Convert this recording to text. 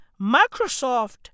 Microsoft